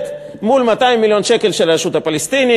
מול 200 מיליון שקל של הרשות הפלסטינית,